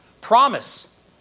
promise